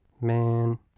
Man